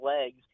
legs